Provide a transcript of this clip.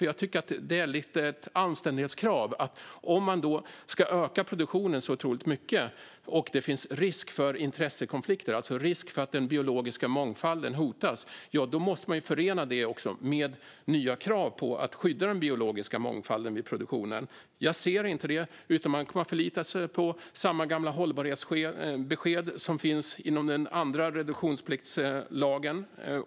Jag tycker att detta är ett anständighetskrav. Om man ska öka produktionen så otroligt mycket och det finns risk för intressekonflikter - alltså risk för att den biologiska mångfalden hotas - måste man förena detta med nya krav på att skydda den biologiska mångfalden vid produktionen. Jag ser inte det, utan man kommer att förlita sig på samma gamla hållbarhetsbesked som finns inom den andra reduktionspliktslagen.